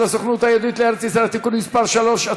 הסוכנות היהודית לארץ-ישראל (תיקון מס' 3),